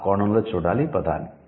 ఆ కోణంలో చూడాలి ఈ పదాన్ని